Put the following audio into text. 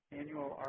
annual